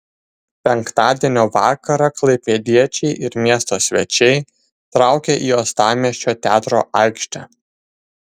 penktadienio vakarą klaipėdiečiai ir miesto svečiai traukė į uostamiesčio teatro aikštę